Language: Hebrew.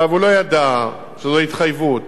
הוא לא ידע שזו התחייבות